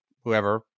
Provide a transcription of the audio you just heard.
whoever